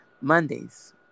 Mondays